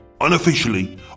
unofficially